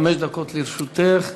חמש דקות לרשותך.